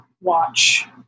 watch